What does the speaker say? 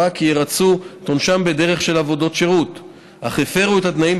כי ירצו את עונשם בדרך של עבודות שירות אך הפרו את התנאים,